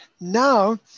Now